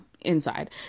inside